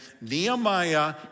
Nehemiah